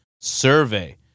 survey